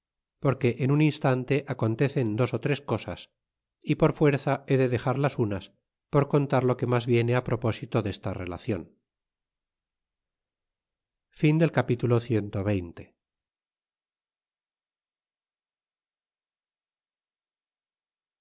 porque en un instante acontecen dos ó tres cosas y por fuerza he de dexar las unas por contar lo que mas viene apropósito desta relacion capitulo